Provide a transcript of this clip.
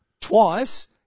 Twice